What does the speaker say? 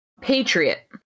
Patriot